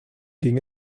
ging